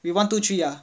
we one two three ah